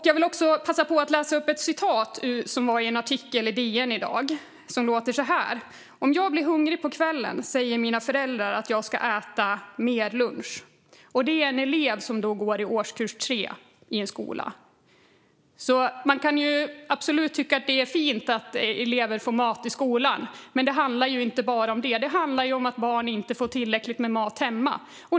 Jag vill också passa på att läsa upp ett citat från en artikel i DN i dag: "Och om jag är hungrig på kvällen säger mina föräldrar att jag ska äta mer till lunch." Det är en elev som går i årskurs 3 i en skola som säger detta. Man kan absolut tycka att det är fint att elever får mat i skolan, men det handlar ju inte bara om det. Det handlar om att barn inte får tillräckligt med mat hemma.